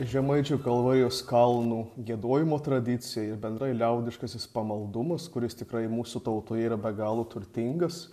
žemaičių kalvarijos kalnų giedojimo tradicija ir bendrai liaudiškasis pamaldumas kuris tikrai mūsų tautoje yra be galo turtingas